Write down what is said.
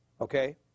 Okay